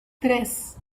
tres